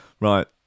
Right